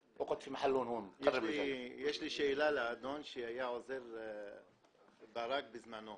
יש לי שאלה לאדון שהיה עוזר לברק בזמנו